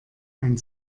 ein